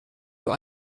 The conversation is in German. für